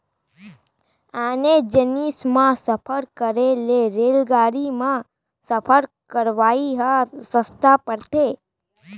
आने जिनिस म सफर करे ले रेलगाड़ी म सफर करवाइ ह सस्ता परथे